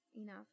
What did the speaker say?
enough